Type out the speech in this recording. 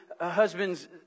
husbands